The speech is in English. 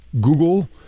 Google